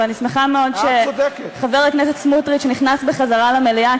אני שמחה מאוד שחבר הכנסת סמוטריץ נכנס בחזרה למליאה,